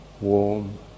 warm